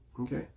Okay